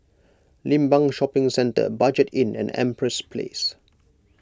Limbang Shopping Centre Budget Inn and Empress Place